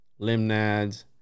limnads